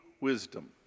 wisdom